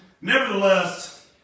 Nevertheless